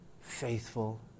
faithful